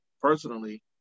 personally